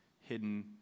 hidden